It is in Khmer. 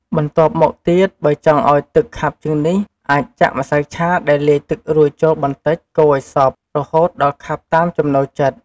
បន្ទាប់មកទៀត បើចង់ឱ្យទឹកខាប់ជាងនេះ អាចចាក់ម្សៅឆាដែលលាយទឹករួចចូលបន្តិចកូរឱ្យសព្វ រហូតដល់ខាប់តាមចំណូលចិត្ត។